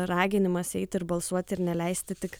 raginimas eiti ir balsuoti ir neleisti tik